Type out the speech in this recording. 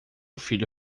filho